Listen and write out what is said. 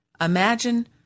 Imagine